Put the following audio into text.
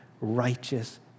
righteous